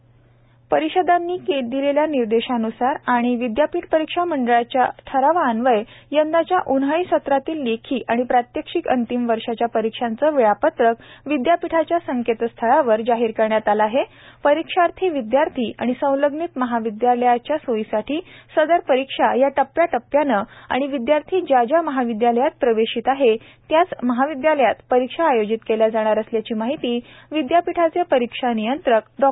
केंद्रीय परिषदांनी दिलेल्या निर्देशान्सार आणि विदयापीठ परीक्षा मंडळाच्या ठरावा अन्वये यंदाच्या उन्हाळी सत्रातील लेखी आणि प्रात्यक्षिक अंतिम वर्षाच्या परीक्षांचे वेळापत्रक विदयापीठाच्या संकेतस्थळावर जाहिर करण्यात आल आहे परिक्षार्थी विद्यार्थी आणि संलग्नित महाविदयालयाच्या सोयीसाठी सदर परीक्षा ह्या टप्प्याटप्प्याने आणि विद्यार्थी ज्या ज्या महाविद्यालयात प्रवेशित आहेत त्याच महाविद्यालयात परीक्षा आयोजित करण्यात येणार असल्याची माहिती विद्यापीठाचे परीक्षा नियंत्रक डॉ